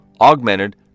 augmented